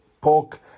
pork